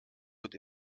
wird